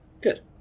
good